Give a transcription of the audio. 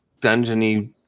Dungeon-y